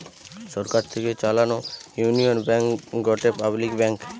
সরকার থেকে চালানো union bank গটে পাবলিক ব্যাঙ্ক